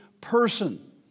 person